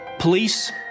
Police